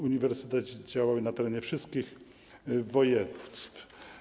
Uniwersytety działały na terenie wszystkich województw.